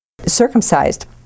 circumcised